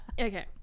Okay